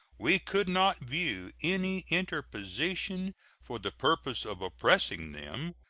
we could not view any interposition for the purpose of oppressing them,